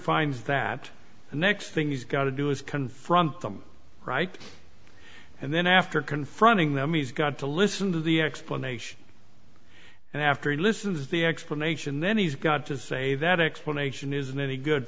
finds that the next thing he's got to do is confront them right and then after confronting them he's got to listen to the explanation and after he listens the explanation then he's got to say that explanation isn't any good